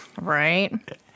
right